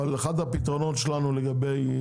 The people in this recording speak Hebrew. אבל אחד הפתרונות שלנו לגבי